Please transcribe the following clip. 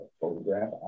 photograph